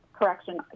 Correction